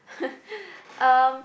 um